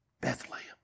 Bethlehem